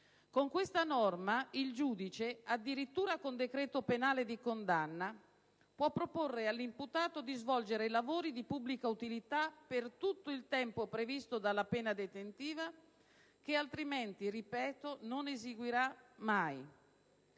Con questa norma il giudice, addirittura con decreto penale di condanna, può proporre all'imputato di svolgere i lavori di pubblica utilità per tutto il tempo previsto dalla pena detentiva, che altrimenti - ripeto - non verrà mai